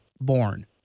born